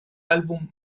álbum